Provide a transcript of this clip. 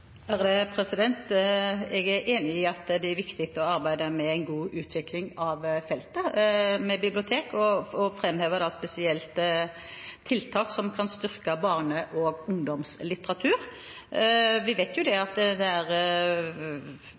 Jeg er enig i at det er viktig å arbeide med en god utvikling av feltet bibliotek, og framhever da spesielt tiltak som kan styrke barne- og ungdomslitteraturen. Vi vet at bl.a. tiltak som gir incentiver og legger til rette for utgivelser i digitalt format, er